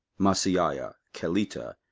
maaseiah, kelita,